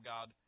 God